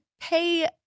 pay